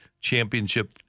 championship